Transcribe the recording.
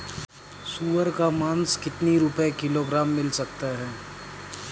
सुअर का मांस कितनी रुपय किलोग्राम मिल सकता है?